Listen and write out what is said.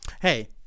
Hey